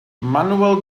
manuel